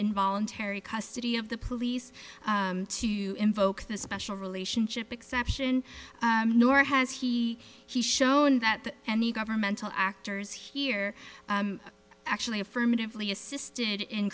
involuntary custody of the police to invoke the special relationship exception nor has he he shown that any governmental actors here actually affirmatively assisted in